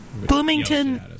Bloomington